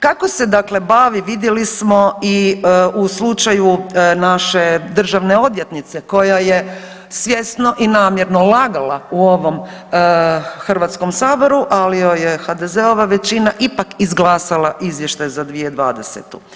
Kako se dakle bavi vidjeli smo i u slučaju naše državne odvjetnice koja je svjesno i namjerno lagala u ovom Hrvatskom saboru, ali joj je HDZ-ova većina ipak izglasala Izvještaj za 2020.